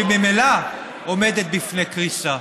שממילא עומדת בפני קריסה.